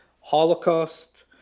Holocaust